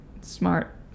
Smart